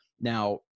Now